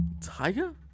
Tiger